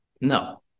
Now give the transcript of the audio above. No